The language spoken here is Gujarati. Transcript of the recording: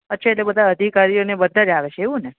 અચ્છા એટલે બધા અધિકારીઓ અને બધા જ આવે છે એવું ને